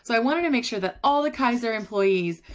so i wanted to make sure that all. the kaiser employees,